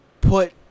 put